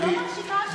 אמרתי שהכנסת מממנת,